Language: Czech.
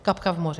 Kapka v moři.